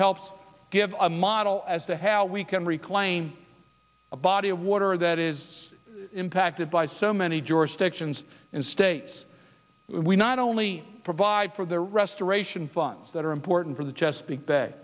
helps give us a model as to how we can reclaim a body of water that is impacted by so many jurisdictions and states we not only provide for the restoration funds that are important for the chesapeake bay